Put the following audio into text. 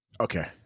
Okay